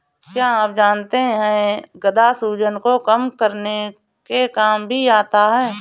क्या आप जानते है गदा सूजन को कम करने के काम भी आता है?